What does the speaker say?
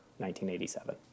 1987